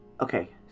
Okay